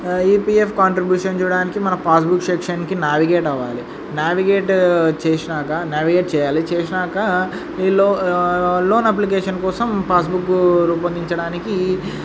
EPF contribution చూడటానికి మన passbook సెక్షన్కి నావిగేట్ అవ్వాలి నావిగేట్ చేసినాక నావిగేట్ చేయాలి చేసినాక ఈ లో లోన్ అప్లికేషన్ కోసం పాస్బుక్ రూపొందించడానికి